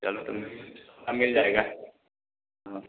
चलो तो मिल हाँ मिल जाएगा हाँ